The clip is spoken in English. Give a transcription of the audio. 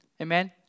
Amen